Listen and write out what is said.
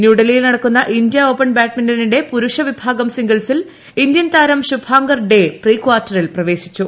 ന്യൂഡൽഹിയിൽ നടക്കുന്ന India open ബാഡ്മിന്റണിന്റെ പുരുഷ വിഭാഗം സിംഗിൾസിൽ ഇന്ത്യൻ താരം ശുഭാങ്കർ ഡേ പ്രീ കാർട്ടറിൽ പ്രവേശിച്ചു